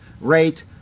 rate